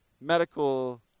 Medical